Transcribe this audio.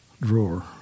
drawer